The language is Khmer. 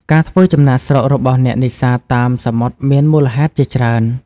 ការធ្វើចំណាកស្រុករបស់អ្នកនេសាទតាមសមុទ្រមានមូលហេតុជាច្រើន។